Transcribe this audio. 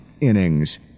innings